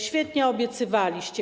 Świetnie obiecywaliście.